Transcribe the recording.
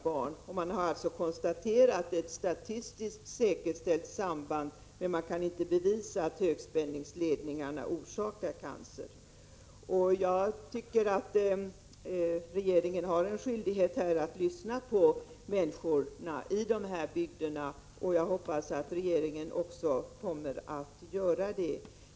Det har konstaterats att det finns ett statistiskt säkerställt samband, men man kan inte bevisa att högspänningsledningarna orsakar cancer. Jag tycker att regeringen har en skyldighet att lyssna på människorna i dessa bygder. Jag hoppas att regeringen också kommer att göra det.